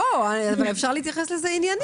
אפשר להתייחס לזה עניינית.